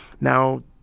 Now